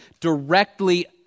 directly